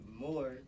more